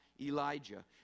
Elijah